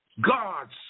God's